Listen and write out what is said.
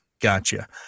Gotcha